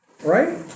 Right